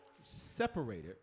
Separated